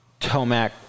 Tomac